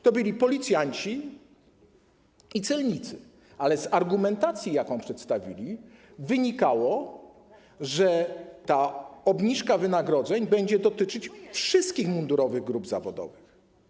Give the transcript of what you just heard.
To byli policjanci i celnicy, ale z argumentacji, jaką przedstawili, wynikało, że ta obniżka wynagrodzeń będzie dotyczyć wszystkich mundurowych grup zawodowych.